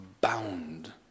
bound